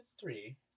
three